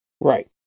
Right